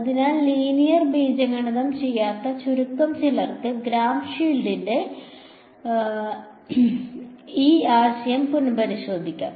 അതിനാൽ ലീനിയർ ബീജഗണിതം ചെയ്യാത്ത ചുരുക്കം ചിലർക്ക് ഗ്രാം ഷ്മിഡിന്റെ ഈ ആശയം പുനഃപരിശോധിക്കാം